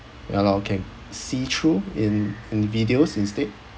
ya lor can see through in in the videos instead